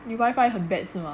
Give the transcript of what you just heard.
你 wi-fi 很 bad 是吗